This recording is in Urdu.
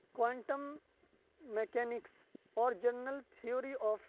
کونٹم مکینکس اور جنرل تھوری آف